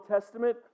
Testament